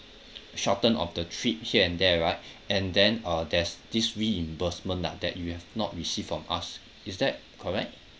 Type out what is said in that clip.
shorten of the trip here and there right and then uh there's this reimbursement ah that you have not received from us is that correct